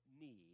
need